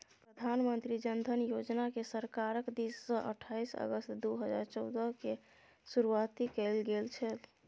प्रधानमंत्री जन धन योजनाकेँ सरकारक दिससँ अट्ठाईस अगस्त दू हजार चौदहकेँ शुरू कैल गेल छल